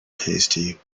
tasty